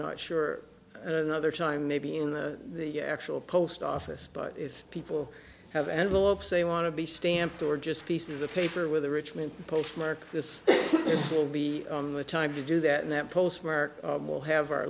not sure another time maybe in the actual post office but if people have envelopes they want to be stamped or just pieces of paper with the richmond postmark this will be the time to do that and that postmark will have our